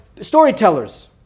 storytellers